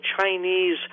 Chinese